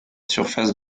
surface